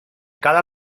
cada